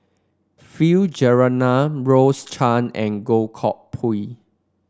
Philip Jeyaretnam Rose Chan and Goh Koh Pui